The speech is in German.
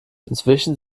inzwischen